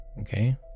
Okay